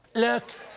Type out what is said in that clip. look,